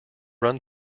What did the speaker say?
run